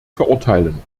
verurteilen